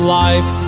life